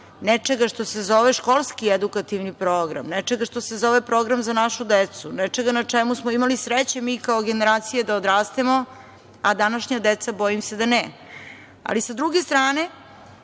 nečega što se zove školski edukativni program, nečega što se zove program za našu decu, nečega na čemu smo imali sreće mi kao generacije da odrastemo, a današnja deca bojim se da ne. Ali sa druge strane,